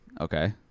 Okay